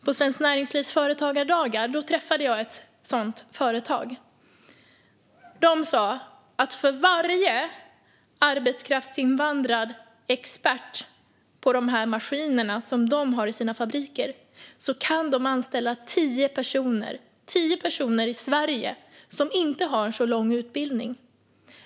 På Svenskt Näringslivs företagardagar träffade jag ett sådant företag, som sa följande: För varje arbetskraftsinvandrad expert som sköter de maskiner företaget har i sina fabriker kan de anställa tio personer i Sverige som inte har särskilt lång utbildning.